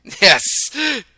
Yes